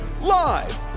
live